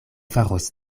faros